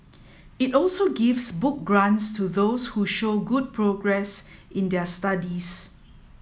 it also gives book grants to those who show good progress in their studies